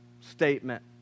statement